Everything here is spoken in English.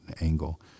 angle